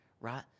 right